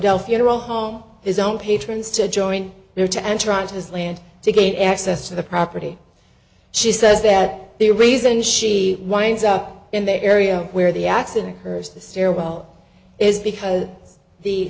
l funeral home his own patrons to join there to enter onto his land to gain access to the property she says that the reason she winds up in the area where the accident occurs the stairwell is because the